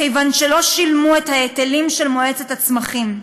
כיוון שלא שילמו את ההיטלים של מועצת הצמחים.